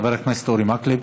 חבר הכנסת אורי מקלב.